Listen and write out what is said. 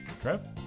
Trev